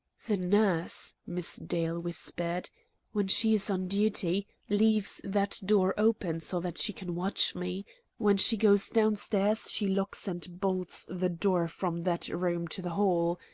the nurse, miss dale whispered, when she is on duty, leaves that door open so that she can watch me when she goes downstairs, she locks and bolts the door from that room to the hall.